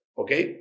okay